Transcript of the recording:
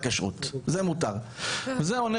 2017. אחת הבעיות עם רבנות הכשרות הארצית זה שצריך